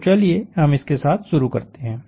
तोचलिए हम इसके साथ शुरू करते हैं